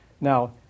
Now